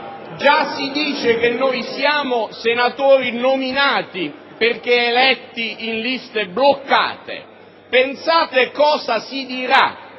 Già si afferma che noi siamo senatori nominati perché eletti in liste bloccate; pensate cosa si dirà